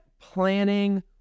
planning